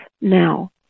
now